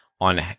on